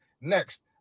Next